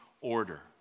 order